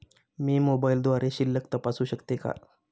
मी मोबाइलद्वारे शिल्लक तपासू शकते का?